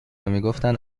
میگفتند